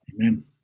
Amen